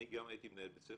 אני גם הייתי מנהל בית ספר,